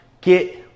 get